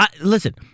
Listen